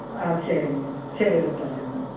ஆ சரிங்க சரி எடுத்துட்றங்க